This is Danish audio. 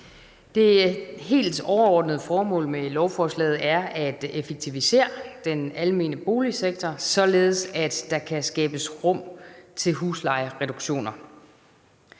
Det helt overordnede formål med lovforslaget er at effektivisere den almene boligsektor, således at der kan skabes rum til huslejereduktioner.